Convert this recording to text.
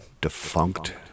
defunct